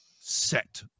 set